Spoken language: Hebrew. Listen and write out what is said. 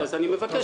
עכשיו,